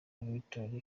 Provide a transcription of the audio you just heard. victoria